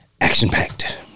Action-packed